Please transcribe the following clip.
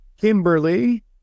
Kimberly